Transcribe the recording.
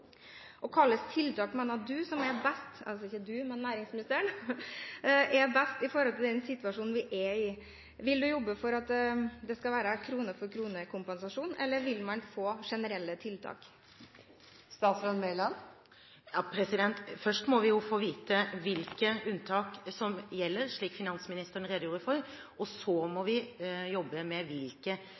næringsministeren er best ut fra den situasjonen vi er i? Vil hun jobbe for at det skal være krone for krone-kompensasjon, eller vil man få generelle tiltak? Først må vi jo få vite hvilke unntak som gjelder, slik finansministeren redegjorde for. Så må vi jobbe med hvilke